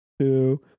two